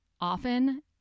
often